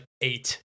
eight